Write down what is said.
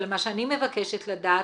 מה שאני מבקשת לדעת,